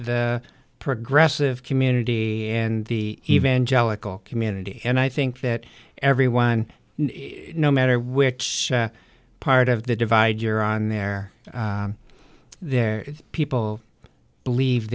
the progressive community and the evangelical community and i think that everyone no matter which part of the divide you're on there there are people believe